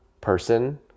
person